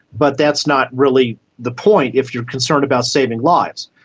but that's not really the point if you are concerned about saving lives.